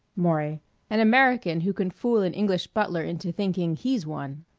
maury an american who can fool an english butler into thinking he's one.